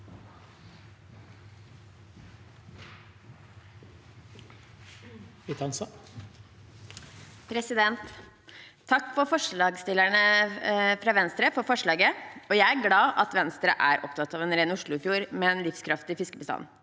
Takk til forslagsstil- lerne fra Venstre for forslaget. Jeg er glad for at Venstre er opptatt av en ren Oslofjord med en livskraftig fiskebestand.